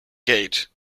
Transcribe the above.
geld